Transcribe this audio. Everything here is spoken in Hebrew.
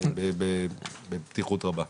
בפתיחות רבה.